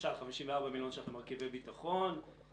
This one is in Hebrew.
למשל 54 מיליון שקלים למרכיבי ביטחון,